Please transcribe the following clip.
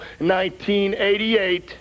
1988